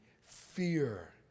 fear